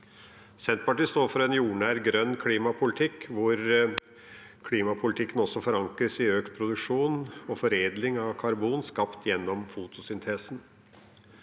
Senterpartiet står for en jordnær grønn klimapolitikk, hvor klimapolitikken også forankres i økt produksjon og foredling av karbon skapt gjennom fotosyntesen.